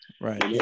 Right